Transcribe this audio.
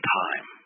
time